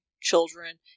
children